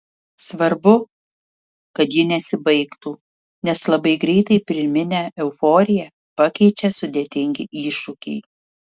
svarbu kad ji nesibaigtų nes labai greitai pirminę euforiją pakeičia sudėtingi iššūkiai